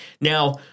Now